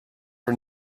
for